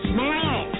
Smile